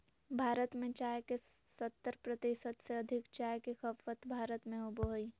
भारत में चाय के सत्तर प्रतिशत से अधिक चाय के खपत भारत में होबो हइ